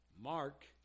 Mark